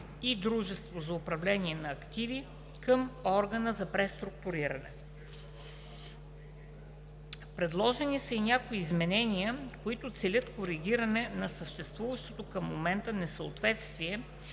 и дружество за управление на активи към органа за преструктуриране. Предложени са и някои изменения, които целят коригиране на съществуващо към момента несъответствие